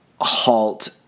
halt